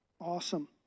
awesome